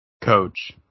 coach